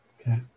Okay